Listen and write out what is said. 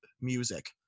music